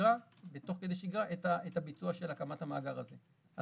השגרה ותוך כדי שגרה את הביצוע של הקמת המאגר הזה.